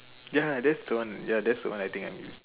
ya that's the one ya that's the one I think I am use